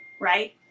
Right